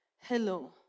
Hello